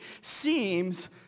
seems